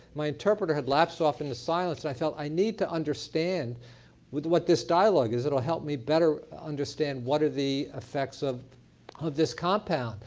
my interpreter had lapsed off into silence, so i felt i need to understand with what this dialogue is. it will help me better understand what are the effects of of this compound.